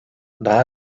daha